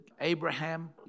Abraham